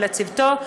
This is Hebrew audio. ולצוותו,